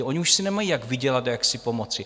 Oni už si nemají, jak vydělat a jak si pomoci.